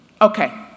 Okay